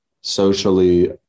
socially